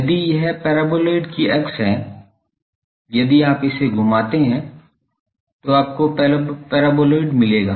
यदि यह पैराबोलॉइडल की अक्ष है यदि आप इसे घुमाते हैं तो आपको पैराबोलॉइडल मिलता है